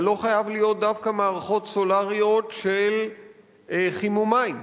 זה לא חייב להיות דווקא מערכות סולריות של חימום מים,